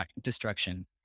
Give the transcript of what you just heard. destruction